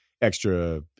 extra